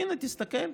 הינה, תסתכל,